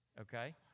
okay